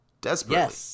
desperately